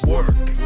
Work